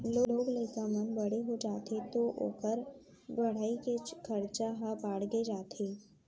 लोग लइका मन बड़े हो जाथें तौ ओकर पढ़ाई के खरचा ह बाड़गे जाथे